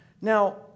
Now